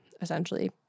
essentially